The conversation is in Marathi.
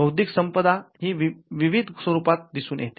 बौद्धिक संपदा विविध स्वरूपात दिसून येते